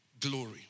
glory